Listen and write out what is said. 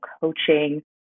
coaching